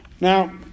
Now